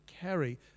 carry